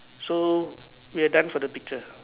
so we're done for the picture